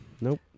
Nope